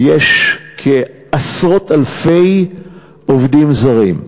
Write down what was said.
יש עשרות אלפי עובדים זרים,